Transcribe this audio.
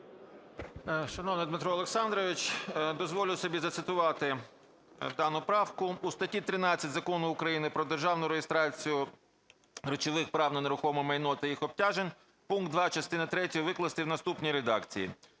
Шановний Дмитро Олександрович, дозволю собі зацитувати дану правку: "У статті 13 Закону України "Про державну реєстрацію речових прав на нерухоме майно та їх обтяжень" пункт 2 частини третьої викласти в наступній редакції: